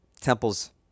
Temple's